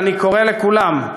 ואני קורא לכולם,